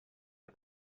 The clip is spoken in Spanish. los